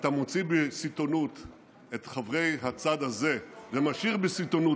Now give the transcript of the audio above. כשאתה מוציא בסיטונות את חברי הצד הזה ומשאיר בסיטונות